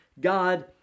God